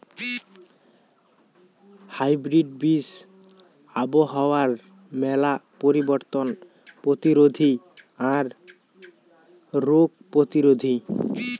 hybrid বীজ আবহাওয়ার মেলা পরিবর্তন প্রতিরোধী আর রোগ প্রতিরোধী